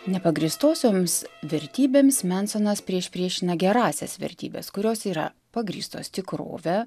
nepagrįstoms vertybėms mensonas priešpriešina gerąsias vertybes kurios yra pagrįstos tikrove